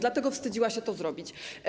Dlatego wstydziła się to zrobić.